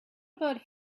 about